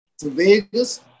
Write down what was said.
Vegas